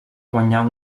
guanyar